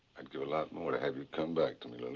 i'd give a lot more to have you come back to me, lily.